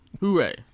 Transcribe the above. Hooray